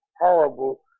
horrible